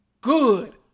Good